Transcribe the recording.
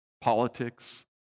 Politics